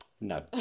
No